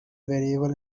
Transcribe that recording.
variable